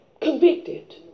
convicted